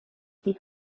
die